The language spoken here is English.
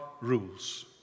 rules